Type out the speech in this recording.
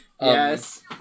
yes